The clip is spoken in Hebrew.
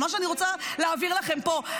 אבל מה שאני רוצה להבהיר לכם פה,